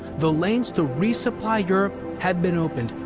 the lanes to resupply europe had been opened,